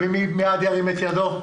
מי בעד, ירים את ידו.